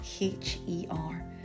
H-E-R